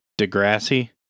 Degrassi